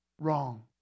wrong